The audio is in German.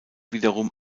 wiederum